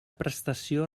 prestació